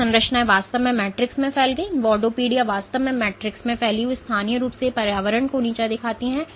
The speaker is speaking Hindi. ये संरचनाएं वास्तव में मैट्रिक्स में फैल गईं इनवॉडोपोडिया वास्तव में मैट्रिक्स में फैल गईं और स्थानीय रूप से पर्यावरण को नीचा दिखाती हैं